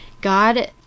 God